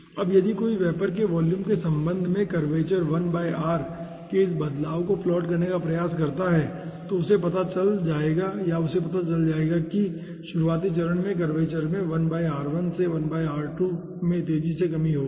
अब यदि कोई वेपर के वॉल्यूम के संबंध में कर्वेचर 1 r के इस बदलाव को प्लॉट करने का प्रयास करता है तो उसे पता चल जाएगा या उसे पता चल जाएगा कि शुरुआती चरण में कर्वेचर में 1 r1 से 1 r2 में तेजी से कमी होगी